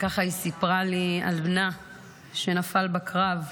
וככה היא סיפרה לי על בנה שנפל בקרב,